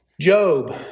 Job